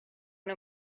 una